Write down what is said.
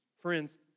Friends